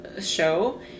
show